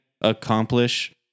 accomplish